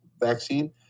vaccine